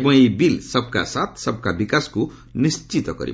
ଏବଂ ଏହି ବିଲ୍ 'ସବ୍ କା ସାଥ୍ ସବ୍କା ବିକାଶ'କୁ ନିଶ୍ଚିତ କରିବ